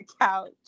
couch